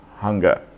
hunger